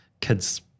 kids